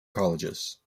colleges